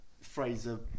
Fraser